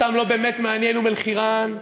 אותם לא באמת מעניין אום-אלחיראן,